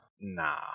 Nah